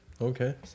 Okay